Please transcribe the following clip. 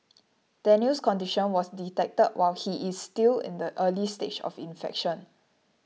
Daniel's condition was detected while he is still in the early stage of infection